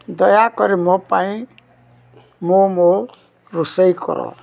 ଦୟାକରି ମୋ ପାଇଁ ମୋମୋ ରୋଷେଇ କର